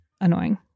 annoying